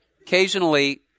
Occasionally